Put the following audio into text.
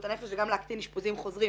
הנפש וגם להקטין אשפוזים חוזרים.